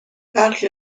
برخی